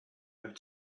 have